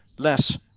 less